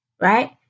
right